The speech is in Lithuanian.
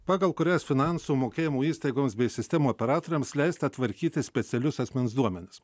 pagal kurias finansų mokėjimų įstaigoms bei sistemų operatoriams leista tvarkyti specialius asmens duomenis